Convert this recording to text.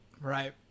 Right